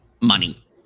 money